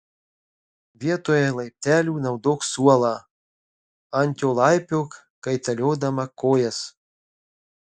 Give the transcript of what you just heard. vietoje laiptelių naudok suolą ant jo laipiok kaitaliodama kojas